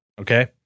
Okay